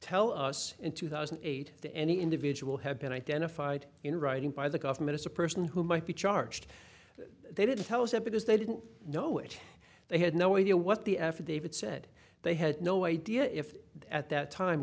tell us in two thousand and eight to any individual have been identified in writing by the government as a person who might be charged they did tell us that because they didn't know it they had no idea what the affidavit said they had no idea if at that time